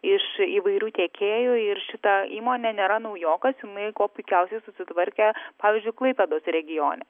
iš įvairių tiekėjų ir šita įmonė nėra naujokas na ji kuo puikiausiai susitvarkė pavyzdžiui klaipėdos regione